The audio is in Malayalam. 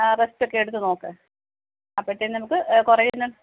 ആ റസ്റ്റ് ഒക്കെ എടുത്ത് നോക്ക് അപ്പോഴത്തേന് നമുക്ക് കുറയും എന്ന്